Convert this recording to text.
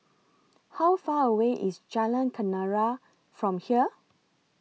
How Far away IS Jalan Kenarah from here